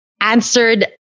answered